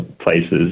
places